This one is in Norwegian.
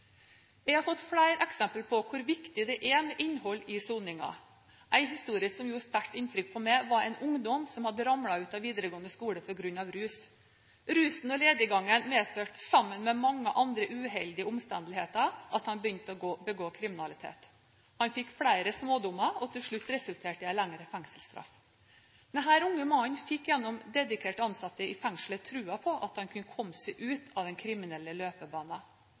Jeg har fått flere eksempler på hvor viktig det er med innhold i soningen. En historie som gjorde sterkt inntrykk på meg, var en ungdom som hadde ramlet ut av videregående skole på grunn av rus. Rusen og lediggangen medførte sammen med mange andre uheldige omstendigheter at han begynte å begå kriminalitet. Han fikk flere smådommer, og til slutt resulterte det i en lengre fengselsstraff. Denne unge mannen fikk gjennom dedikerte ansatte i fengselet troen på at han kunne komme seg ut av den kriminelle